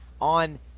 on